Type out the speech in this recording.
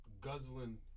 guzzling